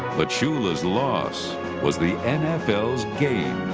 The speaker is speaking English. but shula's loss was the and nfl's gain.